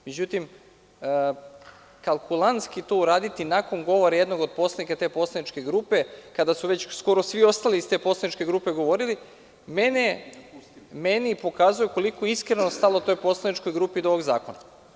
Međutim, kalkulantski to uraditi nakon govora jednog od poslanika te poslaničke grupe, kada su već skoro svi ostali iz te poslaničke grupe govorili, meni pokazuje koliko je iskreno stalo toj poslaničkoj grupido ovog zakona.